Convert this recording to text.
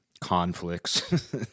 conflicts